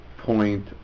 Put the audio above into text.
point